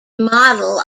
model